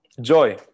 Joy